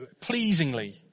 pleasingly